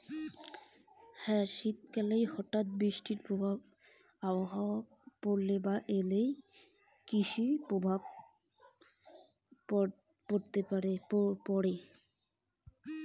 শীত কালে হঠাৎ বৃষ্টি আবহাওয়া এলে কি কৃষি তে প্রভাব পড়বে?